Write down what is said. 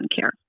care